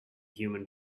human